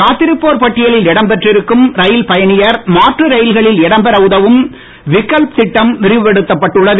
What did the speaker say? காத்திருப்போர் பட்டியலில் இடம்பெற்று இருக்கும் ரயில் பயணியர் மாற்று ரயில்களில் இடம்பெற உதவும் விக்கல்ப் திட்டம் விரிவுப்படுத்தப்பட்டுள்ளது